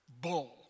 bull